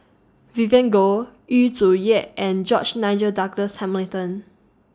Vivien Goh Yu Zhuye and George Nigel Douglas Hamilton